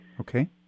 Okay